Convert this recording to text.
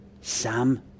Sam